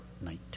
night